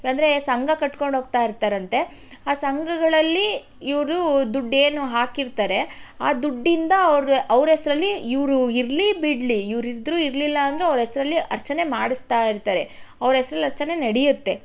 ಅಂದರೆ ಸಂಘ ಕಟ್ಕೊಂಡು ಹೋಗ್ತಾ ಇರ್ತಾರಂತೆ ಆ ಸಂಘಗಳಲ್ಲಿ ಇವರು ದುಡ್ಡೇನು ಹಾಕಿರ್ತಾರೆ ಆ ದುಡ್ಡಿಂದ ಅವ್ರೇ ಅವರೆಸರಲ್ಲಿ ಇವರು ಇರಲಿ ಬಿಡಲಿ ಇವರಿದ್ರು ಇರಲಿಲ್ಲ ಅಂದರು ಅವ್ರ ಹೆಸರಲ್ಲಿ ಅರ್ಚನೆ ಮಾಡಿಸ್ತಾ ಇರ್ತಾರೆ ಅವ್ರ ಹೆಸ್ರಲ್ಲಿ ಅರ್ಚನೆ ನಡೆಯುತ್ತೆ